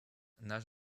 nage